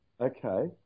Okay